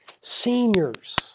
seniors